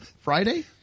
Friday